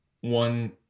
one